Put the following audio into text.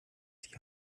die